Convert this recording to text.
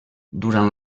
durant